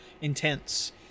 intense